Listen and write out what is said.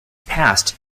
passed